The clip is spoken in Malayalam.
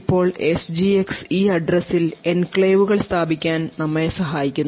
ഇപ്പോൾ എസ്ജിഎക്സ് ഈ അഡ്രസ്സിൽ എൻക്ലേവുകൾ സ്ഥാപിക്കാൻ നമ്മളെ സഹായിക്കുന്നു